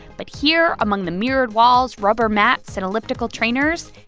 but here among the mirrored walls, rubber mats and elliptical trainers,